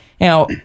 Now